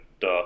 Duh